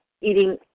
eating